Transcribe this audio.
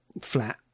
flat